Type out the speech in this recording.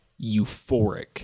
euphoric